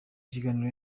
kiganiro